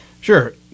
Sure